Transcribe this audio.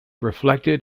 reflected